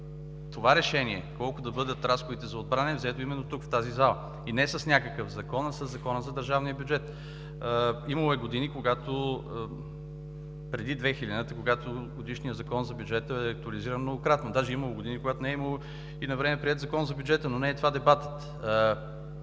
това решение – колко да бъдат разходите за отбрана, е взето именно тук, в тази зала, и не с някакъв закон, а със Закона за държавния бюджет. Имало е години – преди 2000 г., когато годишният Закон за бюджета е актуализиран многократно. Даже е имало години, когато не е имало и навреме приет Закон за бюджета, но не е това дебатът.